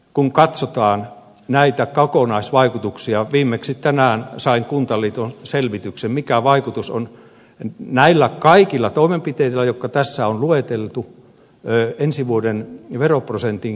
kun katsotaan näitä kokonaisvaikutuksia viimeksi tänään sain kuntaliiton selvityksen mikä vaikutus on näillä kaikilla toimenpiteillä jotka tässä on lueteltu ensi vuoden veroprosentin korotuspaineeseen